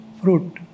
fruit